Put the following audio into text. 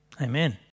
Amen